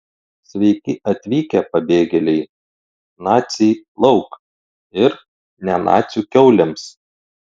sveiki atvykę pabėgėliai naciai lauk ir ne nacių kiaulėms